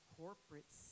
corporate